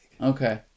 Okay